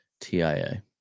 TIA